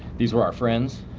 these are our friends.